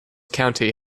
county